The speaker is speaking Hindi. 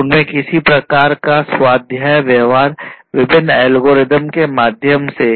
उनमें किसी प्रकार का स्वाध्याय व्यवहार विभिन्न एल्गोरिदम के माध्यम से